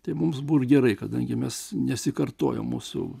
tai mums bus gerai kadangi mes nesikartojom mūsų